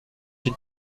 den